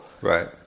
Right